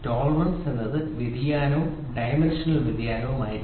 tolerance എന്നത് വ്യതിയാനം dimensional വ്യതിയാനം ശരി